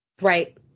Right